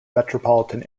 metropolitan